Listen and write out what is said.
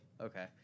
Okay